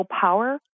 Power